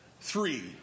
three